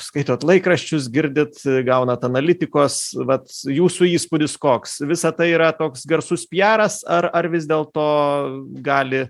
skaitot laikraščius girdit gaunat analitikos vat jūsų įspūdis koks visa tai yra toks garsus piaras ar ar vis dėlto gali